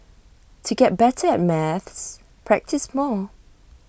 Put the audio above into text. to get better at maths practise more